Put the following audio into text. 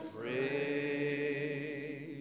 praise